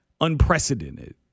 unprecedented